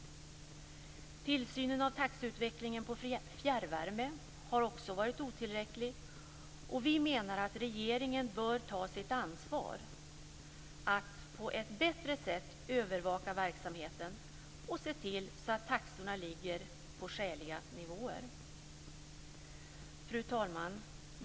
Tillsynen av taxeutvecklingen när det gäller fjärrvärme har också varit otillräcklig. Vi menar att regeringen bör ta sitt ansvar och på ett bättre sätt övervaka verksamheten och se till så att taxorna ligger på skäliga nivåer. Fru talman!